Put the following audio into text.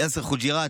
יאסר חוג'יראת,